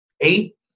eight